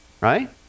right